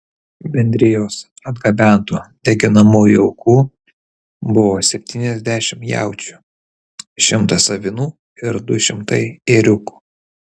bendrijos atgabentų deginamųjų aukų buvo septyniasdešimt jaučių šimtas avinų ir du šimtai ėriukų